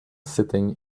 sitting